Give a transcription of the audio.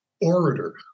orator